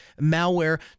malware